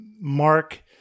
Mark